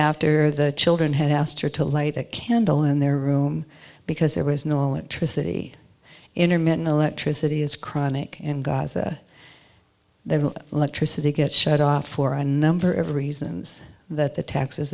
after the children had asked her to light a candle in their room because there was no interest that he intermittent electricity is chronic in gaza that electricity gets shut off for a number of reasons that the taxes